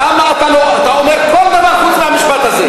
למה אתה לא, אתה אומר כל דבר חוץ מהמשפט הזה.